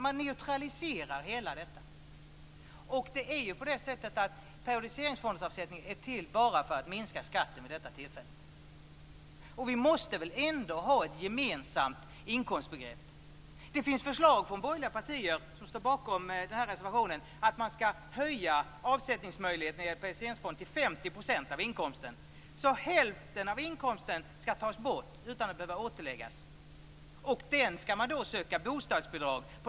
Man neutraliserar allt detta. En periodiseringsfondsavsättning är till bara för att minska skatten vid detta tillfälle. Vi måste väl ändå ha ett gemensamt inkomstbegrepp. Det finns förslag från borgerliga partier som står bakom den här reservationen att man skall höja avsättningsmöjligheten när det gäller periodiseringsfond till 50 % av inkomsten. Hälften av inkomsten skall tas bort utan att behöva återläggas, och på den reduceringen skall man söka bostadsbidrag.